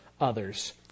others